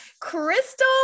Crystal